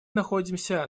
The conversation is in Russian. находимся